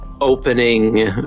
opening